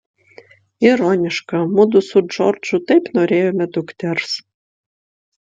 ironiška mudu su džordžu taip norėjome dukters